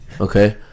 okay